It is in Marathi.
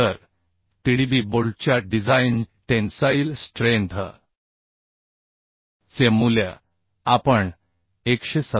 तर TDB बोल्टच्या डिझाइन टेन्साईल स्ट्रेंथ चे मूल्य आपण 127